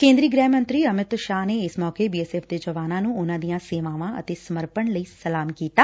ਕੇਂਦਰੀ ਗ੍ਹਿ ਮੰਤਰੀ ਅਮਿਤ ਸ਼ਾਹ ਨੇ ਇਸ ਮੌਕੇ ਬੀ ਐਸ ਐਫ਼ ਦੇ ਜਵਾਨਾਂ ਨੂੰ ਉਨਾਂ ਦੀਆਂ ਸੇਵਾਵਾਂ ਅਤੇ ਸਮਰਪਣ ਲਈ ਸਲਾਮ ਕੀਤਾ